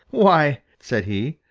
why, said he,